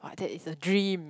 but that is a dream